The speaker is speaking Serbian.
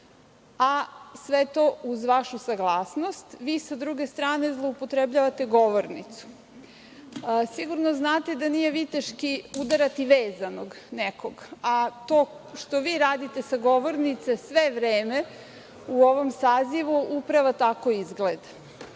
a sve to uz vašu saglasnost. Vi s druge strane zloupotrebljavate govornicu. Sigurno znate da nije viteški udarati vezanog nekog, a to što vi radite sa govornice sve vreme u ovom sazivu upravo tako izgleda.